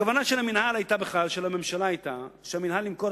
הכוונה של הממשלה היתה שהמינהל ימכור